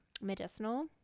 medicinal